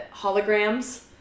holograms